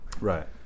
right